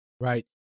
Right